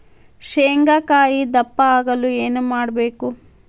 ಶೇಂಗಾಕಾಯಿ ದಪ್ಪ ಆಗಲು ಏನು ಮಾಡಬೇಕು?